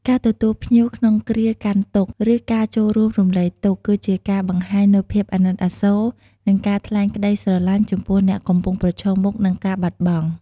ការទទួលភ្ញៀវក្នុងគ្រាកាន់ទុក្ខ ឬការចូលរួមរំលែកទុក្ខ គឺជាការបង្ហាញនូវភាពអាណិតអាសូរ និងការថ្លែងក្តីស្រឡាញ់ចំពោះអ្នកកំពុងប្រឈមមុខនឹងការបាត់បង់។